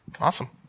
Awesome